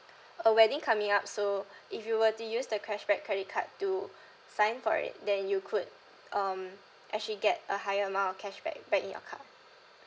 a wedding coming up so if you were to use the cashback credit card to sign for it then you could um actually get a higher amount of cashback back in your card